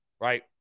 right